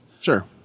Sure